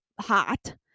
Hot